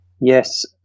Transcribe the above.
Yes